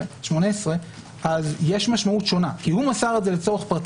הנושא של טלפונים